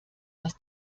dass